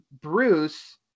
Bruce